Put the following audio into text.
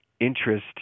interest